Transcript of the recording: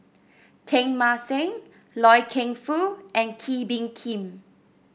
Teng Mah Seng Loy Keng Foo and Kee Bee Khim